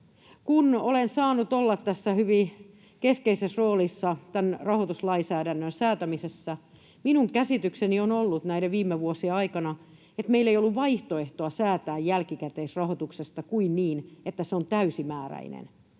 Kun olen saanut olla hyvin keskeisessä roolissa tämän rahoituslainsäädännön säätämisessä, minun käsitykseni on ollut näiden viime vuosien aikana se, että meillä ei ollut vaihtoehtoa säätää jälkikäteisrahoituksesta kuin niin, että se on täysimääräinen.